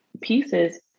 pieces